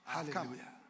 Hallelujah